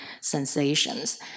sensations